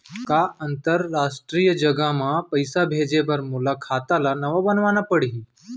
का अंतरराष्ट्रीय जगह म पइसा भेजे बर मोला खाता ल नवा बनवाना पड़ही?